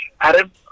Adam